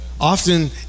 Often